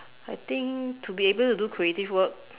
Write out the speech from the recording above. I think to be able to do creative work